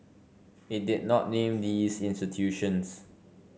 it did not name these institutions